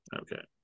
okay